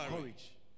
courage